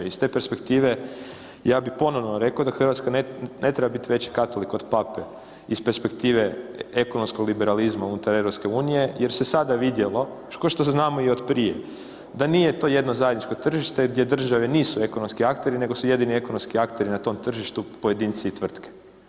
Iz te perspektive ja bi ponovno rekao da Hrvatska ne treba biti veći katolik od Pape iz perspektive ekonomskog liberalizma unutar EU jer se sada vidjelo ko što znamo i od prije, da nije to jedno zajedničko tržište gdje države nisu ekonomski akteri, nego su jedini ekonomski akteri na tom tržištu pojedinci i tvrtke.